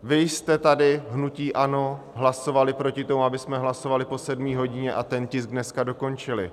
Vy jste tady, hnutí ANO, hlasovali proti tomu, abychom hlasovali po sedmé hodině a ten tisk dneska dokončili.